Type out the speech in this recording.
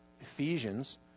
Ephesians